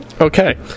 okay